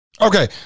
Okay